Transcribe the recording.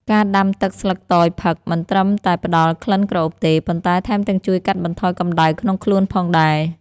ការដាំទឹកស្លឹកតយផឹក មិនត្រឹមតែផ្តល់ក្លិនក្រអូបទេ ប៉ុន្តែថែមទាំងជួយកាត់បន្ថយកម្តៅក្នុងខ្លួនផងដែរ។